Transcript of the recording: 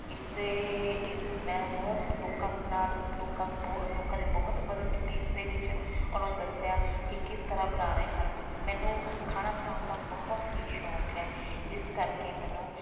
ਇਸ 'ਤੇ ਇ ਮੈਂ ਬਹੁਤ ਲੋਕਾਂ ਨਾਲ ਲੋਕਾਂ ਨੂੰ ਬਹੁ ਲੋਕਾਂ ਦੀ ਬਹੁਤ ਮਦਦ ਕੀਤੀ ਇਸ ਦੇ ਵਿੱਚ ਉਹਨਾਂ ਨੂੰ ਦੱਸਿਆ ਕਿ ਕਿਸ ਤਰ੍ਹਾਂ ਬਣਾਉਣੇ ਹਨ ਮੈਨੂੰ ਖਾਣਾ ਬਣਾਉਣ ਦਾ ਬਹੁਤ ਹੀ ਸ਼ੌਂਕ ਹੈ ਜਿਸ ਕਰਕੇ ਮੈਨੂੰ